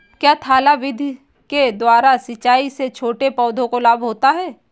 क्या थाला विधि के द्वारा सिंचाई से छोटे पौधों को लाभ होता है?